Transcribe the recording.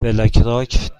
بلکراک